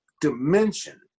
dimension